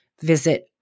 Visit